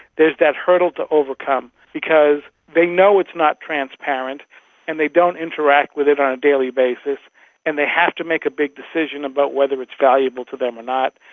there's that hurdle to overcome because they know it's not transparent and they don't interact with it on a daily basis and they have to make a big decision about whether it's valuable to them or not.